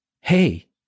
Hey